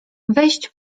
wejść